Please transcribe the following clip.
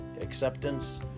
Acceptance